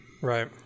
right